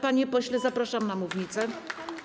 Panie pośle, zapraszam na mównicę.